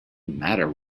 matter